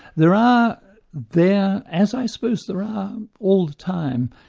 there are there, as i suppose there are all the time,